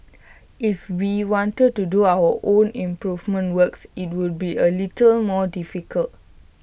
if we wanted to do our own improvement works IT would be A little more difficult